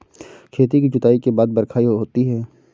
खेती की जुताई के बाद बख्राई होती हैं?